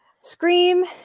Scream